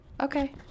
okay